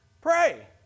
Pray